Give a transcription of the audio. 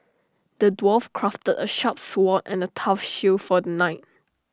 the dwarf crafted A sharp sword and A tough shield for the knight